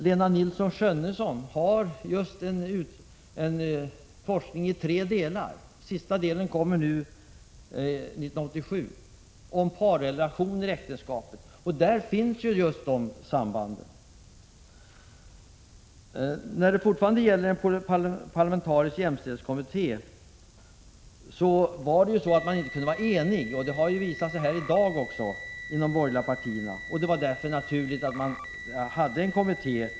Lena Nilsson-Schönnesson bedriver en forskning i tre delar — den sista delen kommer 1987 — om parrelationer i äktenskapet. Där finns just de samband som det talas om. När det gäller den parlamentariska jämställdhetskommittén: Man kunde inte vara enig inom de borgerliga partierna, och det har visat sig också i dag. Det var därför naturligt att ha denna kommitté.